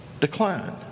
decline